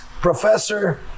professor